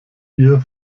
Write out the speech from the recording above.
ihr